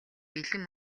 бэлэн